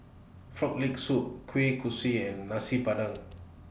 Frog Leg Soup Kueh Kosui and Nasi Padang